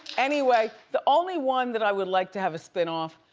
anyway, the only one that i would like to have a spinoff,